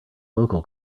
local